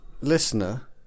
listener